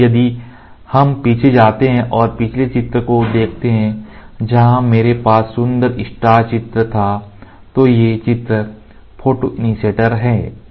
इसलिए यदि हम पीछे जाते हैं और पिछले चित्र को देखते हैं जहां मेरे पास सुंदर स्टार चित्र था तो ये चित्र फोटोइनिशीऐटर हैं